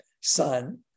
son